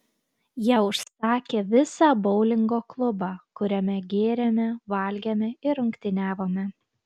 jie užsakė visą boulingo klubą kuriame gėrėme valgėme ir rungtyniavome